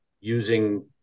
using